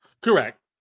Correct